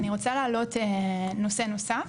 אני רוצה להעלות נושא נוסף.